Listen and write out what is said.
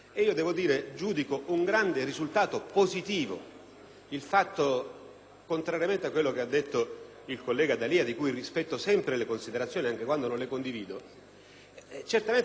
positivo, contrariamente a quanto sostenuto dal collega D'Alia - di cui rispetto sempre le considerazioni, anche quando non le condivido - e certamente un grandissimo passo avanti in particolare per il Sud.